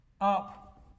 up